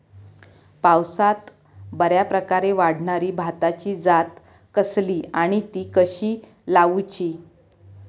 पावसात बऱ्याप्रकारे वाढणारी भाताची जात कसली आणि ती कशी लाऊची?